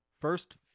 first